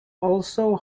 also